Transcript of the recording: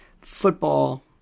football